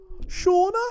shauna